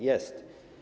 Jest.